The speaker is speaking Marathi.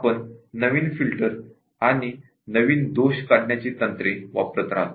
आपण नवीन फिल्टर किंवा नवीन बग रिमूव्हल टेक्निक् वापरत राहतो